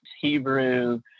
Hebrew